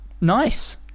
Nice